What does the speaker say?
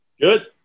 Good